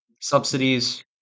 subsidies